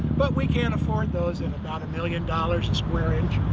but, we can't afford those at about a million dollars a square inch.